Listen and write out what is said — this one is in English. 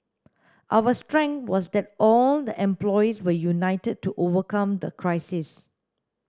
our strength was that all the employees were united to overcome the crisis